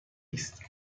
است